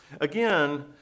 Again